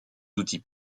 outils